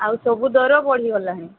ଆଉ ସବୁ ଦର ବଢ଼ି ଗଲାଣି